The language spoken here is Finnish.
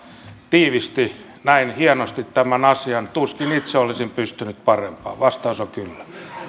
tiivisti näin hienosti tämän asian tuskin itse olisin pystynyt parempaan vastaus on kyllä